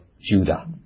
Judah